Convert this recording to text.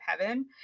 heaven